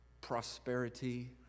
prosperity